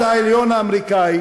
בית-המשפט העליון האמריקני,